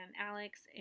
Alex